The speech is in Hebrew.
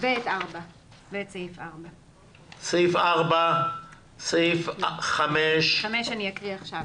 ואת סעיף 4. את סעיף 5 אני אקריא עכשיו.